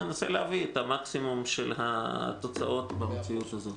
ננסה להביא מקסימום תוצאות במציאות הזאת.